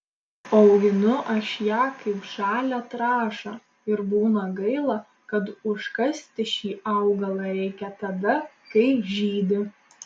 auginu aš ją kaip žalią trąšą ir būna gaila kad užkasti šį augalą reikia tada kai žydi